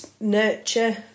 nurture